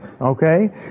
okay